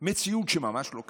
מציאות שממש לא קיימת.